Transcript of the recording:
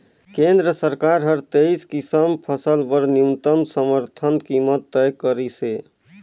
केंद्र सरकार हर तेइस किसम फसल बर न्यूनतम समरथन कीमत तय करिसे